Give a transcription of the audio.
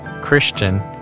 Christian